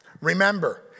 Remember